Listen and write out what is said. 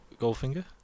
Goldfinger